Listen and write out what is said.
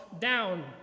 down